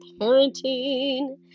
parenting